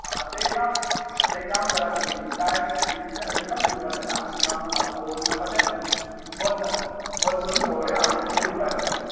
आतां एक काम आतां एक काम करात तुमी कांय फ्रिजींतले अजिबात पिवपाचें ना ना तापोवन ना कशेंच ना बंद करप बंद करून पळोवया आमी कितें उपाय जाता तो